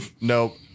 Nope